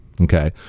okay